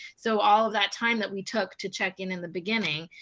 so all that time that we took to check-in in the beginning